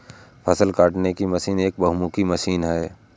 फ़सल काटने की मशीन एक बहुमुखी मशीन है